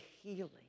healing